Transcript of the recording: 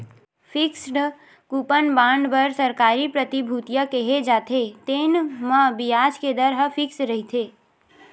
fixed coupon bond बर सरकारी प्रतिभूतिया केहे जाथे, तेन म बियाज के दर ह फिक्स रहिथे